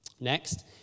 Next